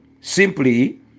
simply